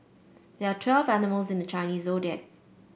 there are twelve animals in the Chinese Zodiac